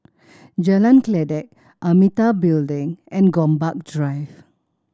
Jalan Kledek Amitabha Building and Gombak Drive